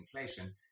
inflation